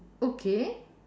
okay